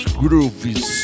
grooves